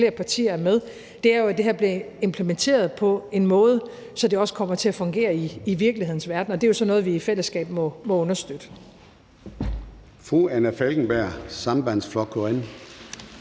flere partier er med – er jo, at det her bliver implementeret på en måde, så det også kommer til at fungere i virkelighedens verden. Og det er så noget, vi i fællesskab må understøtte.